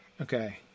Okay